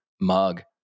mug